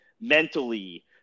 mentally